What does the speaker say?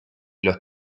los